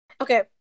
Okay